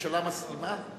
הממשלה מסכימה?